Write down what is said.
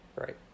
Right